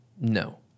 no